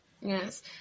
Yes